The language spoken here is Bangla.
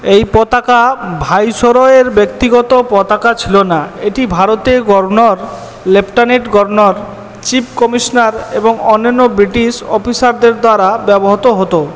এই পতাকা ভাইসরয়ের ব্যক্তিগত পতাকা ছিল না এটি ভারতের governor lieutenant governor chief commissioner এবং অন্যান্য ব্রিটিশ অফিসারদের দ্বারা ব্যবহৃত হত